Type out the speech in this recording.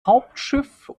hauptschiff